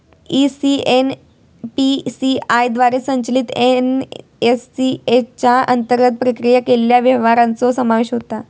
ECS NPCI द्वारे संचलित NACH च्या अंतर्गत प्रक्रिया केलेल्या व्यवहारांचो समावेश होता